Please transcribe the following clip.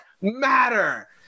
matter